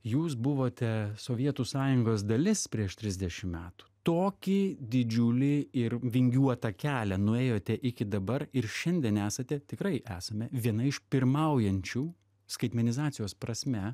jūs buvote sovietų sąjungos dalis prieš trisdešim metų tokį didžiulį ir vingiuotą kelią nuėjote iki dabar ir šiandien esate tikrai esame viena iš pirmaujančių skaitmenizacijos prasme